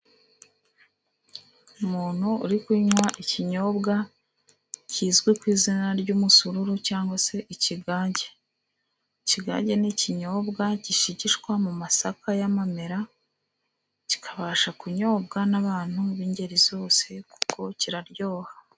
Umuntu uri kunywa ikinyobwa kizwi ku izina ry'umusururu cyangwa se ikigage. Ikigage, ni ikinyobwa gishigishwa mu masaka y'amamera, kikabasha kunyobwa n'abantu b'ingeri zose, kuko kiraryoha.